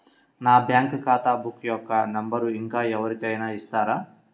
నా బ్యాంక్ ఖాతా బుక్ యొక్క నంబరును ఇంకా ఎవరి కైనా ఇస్తారా?